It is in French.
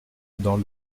dans